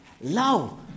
Love